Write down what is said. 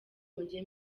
mujye